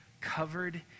covered